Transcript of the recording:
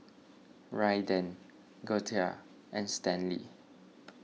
Raiden Girtha and Stanley